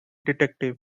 detective